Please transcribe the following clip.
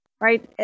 right